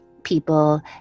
people